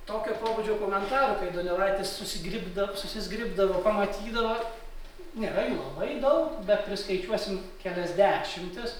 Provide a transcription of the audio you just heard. tokio pobūdžio komentarų kai donelaitis susigribdav susizgribdavo pamatydavo nėra jų labai daug bet priskaičiuosim kelias dešimtis